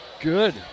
good